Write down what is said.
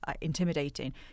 intimidating